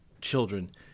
children